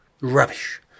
Rubbish